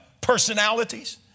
personalities